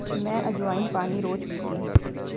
मैं अज्वाइन पानी रोज़ पीती हूँ